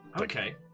Okay